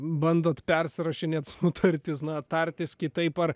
bandot persirašinėt sutartis na tartis kitaip ar